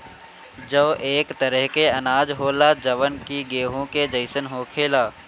जौ एक तरह के अनाज होला जवन कि गेंहू के जइसन होखेला